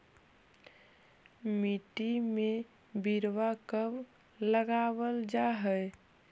मिट्टी में बिरवा कब लगावल जा हई?